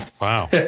Wow